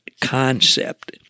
concept